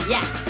Yes